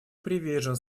привержен